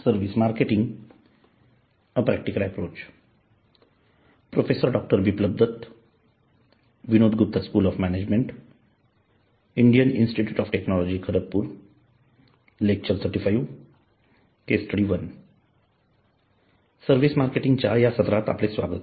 service marketing च्या या सत्रात आपले स्वागत